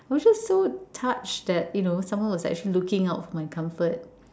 I was just so touched that you know someone was actually looking out for my comfort